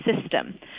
system